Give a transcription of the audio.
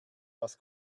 was